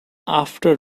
after